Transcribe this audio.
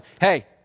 hey